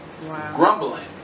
Grumbling